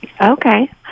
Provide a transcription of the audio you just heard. Okay